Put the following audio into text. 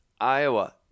Iowa